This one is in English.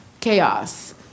chaos